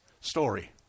story